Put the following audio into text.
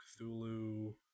Cthulhu